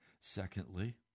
Secondly